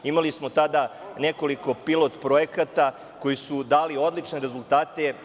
Imali smo tada nekoliko pilot projekata koji su dali odlične rezultate.